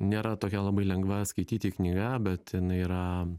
nėra tokia labai lengva skaityti knygą bet yra